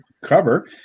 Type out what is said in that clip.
cover